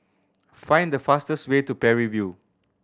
find the fastest way to Parry View